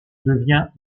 devient